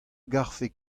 garfe